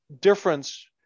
difference